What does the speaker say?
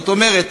זאת אומרת,